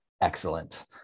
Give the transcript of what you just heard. excellent